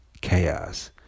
chaos